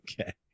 Okay